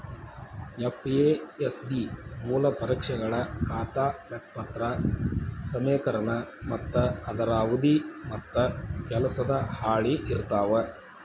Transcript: FASB ಮೂಲ ಪರಿಕಲ್ಪನೆಗಳ ಖಾತಾ ಲೆಕ್ಪತ್ರ ಸಮೇಕರಣ ಮತ್ತ ಅದರ ಅವಧಿ ಮತ್ತ ಕೆಲಸದ ಹಾಳಿ ಇರ್ತಾವ